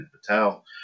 Patel